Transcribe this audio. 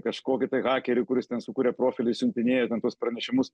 kažkokį tai hakerį kuris ten sukūrė profilį siuntinėja tuos pranešimus